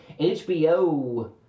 HBO